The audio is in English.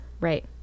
Right